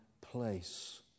place